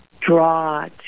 draw